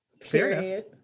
Period